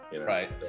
Right